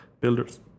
builders